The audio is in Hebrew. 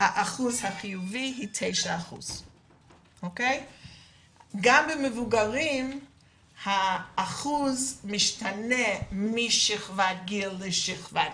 אחוז החיוביים הם 9%. גם במבוגרים האחוז משתנה משכבת גיל אחת לאחרת,